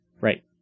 Right